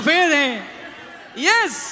Yes